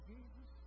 Jesus